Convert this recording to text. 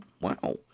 wow